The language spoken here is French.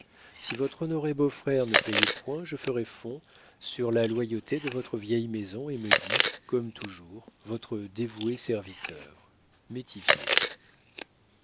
si votre honoré beau-frère ne payait point je ferais fond sur la loyauté de votre vieille maison et me dis comme toujours votre dévoué serviteur